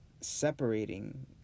separating